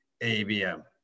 ABM